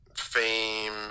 fame